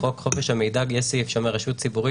בחוק חופש המידע יש סעיף שאומר: רשות ציבורית